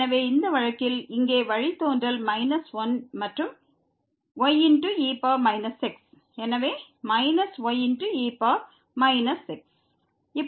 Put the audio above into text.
எனவே இந்த வழக்கில் இங்கே வழித்தோன்றல் −1 மற்றும் யு y e x எனவே ye x